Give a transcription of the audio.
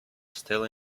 still